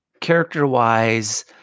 character-wise